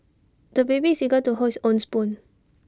the baby is eager to hold his own spoon